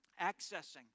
accessing